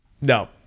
no